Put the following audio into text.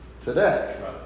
today